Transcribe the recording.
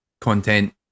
content